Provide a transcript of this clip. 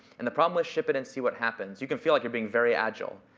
and the problem with ship it and see what happens, you can feel like you're being very agile,